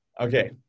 Okay